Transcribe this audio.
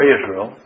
Israel